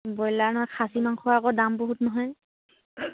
broiler নহয় খাচী মাংস আকৌ দাম বহুত নহয়